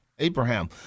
Abraham